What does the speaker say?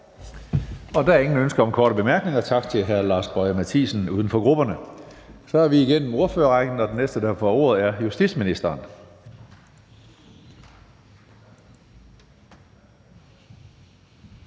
Der er ingen ønsker om korte bemærkninger. Tak til hr. Lars Boje Mathiesen, uden for grupperne. Så er vi igennem ordførerrækken, og den næste, der får ordet, er justitsministeren.